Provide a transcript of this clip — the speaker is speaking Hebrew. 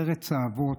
לארץ האבות.